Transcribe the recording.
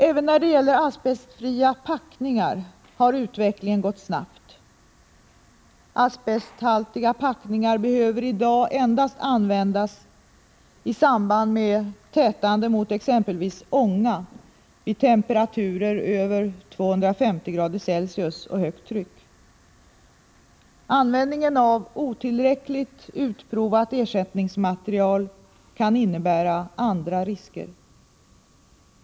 Även när det gäller asbestfria packningar har utvecklingen gått snabbt. Asbesthaltiga packningar behöver i dag användas endast i samband med tätande mot exempelvis ånga vid temperaturer över ca 250” C och högt tryck. Användningen av otillräckligt utprovat ersättningsmaterial kan innebära andra risker.